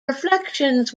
reflections